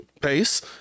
Pace